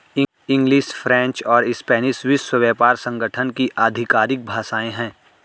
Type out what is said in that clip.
English, French और Spanish विश्व व्यापार संगठन की आधिकारिक भाषाएं है